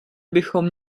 bychom